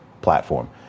platform